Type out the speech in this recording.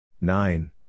Nine